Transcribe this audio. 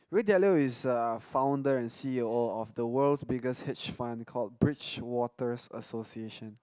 Ray-Dalio is err founder and C_E_O of the world's biggest hedge fund called Bridgewaters Association